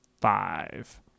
five